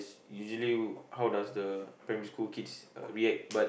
usually how does the primary school kids uh react but